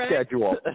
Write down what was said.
schedule